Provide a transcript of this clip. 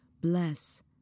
bless